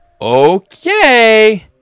Okay